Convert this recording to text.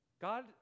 God